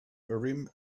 urim